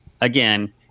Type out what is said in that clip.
again